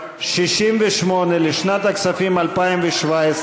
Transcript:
סעיף 68 לשנת הכספים 2017,